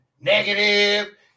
negative